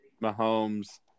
Mahomes